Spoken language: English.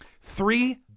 Three